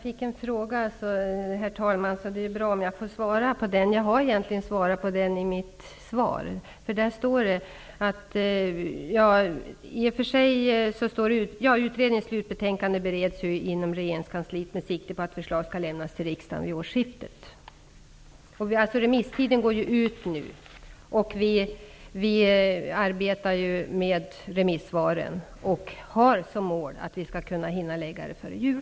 Herr talman! Jag fick en fråga, och jag vill svara på den. Jag har egentligen gett besked i mitt tidigare svar. Jag framhöll där: ''Utredningens slutbetänkande bereds för närvarande inom regeringskansliet med sikte på att förslag skall lämnas till riksdagen vid årsskiftet.'' Remisstiden utgår nu, och vi arbetar med remissvaren. Vår inriktning är att kunna lägga fram förslag före jul.